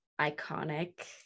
iconic